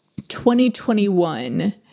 2021